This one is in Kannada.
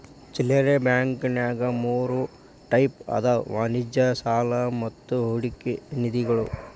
ಚಿಲ್ಲರೆ ಬಾಂಕಂನ್ಯಾಗ ಮೂರ್ ಟೈಪ್ ಅದಾವ ವಾಣಿಜ್ಯ ಸಾಲಾ ಮತ್ತ ಹೂಡಿಕೆ ನಿಧಿಗಳು